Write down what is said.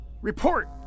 Report